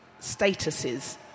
statuses